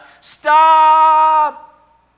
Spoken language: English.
stop